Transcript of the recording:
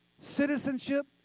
Citizenship